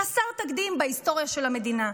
חסר תקדים בהיסטוריה של המדינה,